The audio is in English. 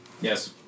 Yes